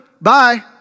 Bye